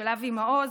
של אבי מעוז,